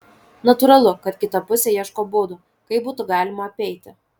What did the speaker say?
natūralu kad kita pusė ieško būdų kaip būtų galima apeiti